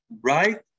right